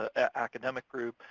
ah academic group,